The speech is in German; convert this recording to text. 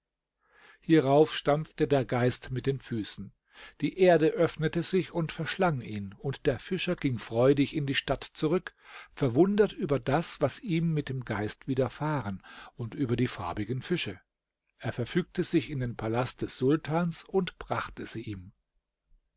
hierauf stampfte der geist mit den füßen die erde öffnete sich und verschlang ihn und der fischer ging freudig in die stadt zurück verwundert über das was ihm mit dem geist widerfahren und über die farbigen fische er verfügte sich in den palast des sultans und brachte sie ihm